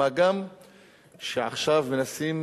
מה גם שעכשיו מנסים